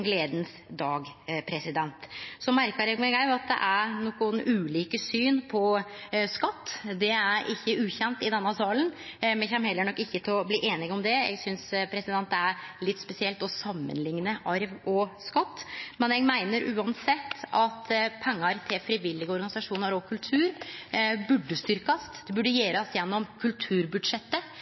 gledas dag. Så merkar eg meg også at det er noko ulikt syn på skatt. Det er ikkje ukjent i denne salen. Me kjem nok heller ikkje til å bli einige om det, men eg synest det er litt spesielt å samanlikne arv og skatt. Eg meiner uansett at løyvingane til frivillige organisasjonar og kultur burde styrkjast. Det burde gjerast gjennom kulturbudsjettet.